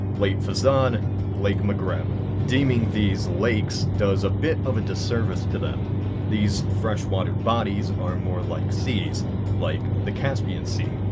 lake fazzon and lake maghreb. deeming these lakes does a bit of a disservice to them these freshwater bodies are more like sees like the caspian sea.